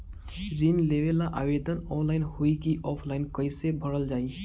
ऋण लेवेला आवेदन ऑनलाइन होई की ऑफलाइन कइसे भरल जाई?